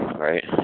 Right